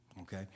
okay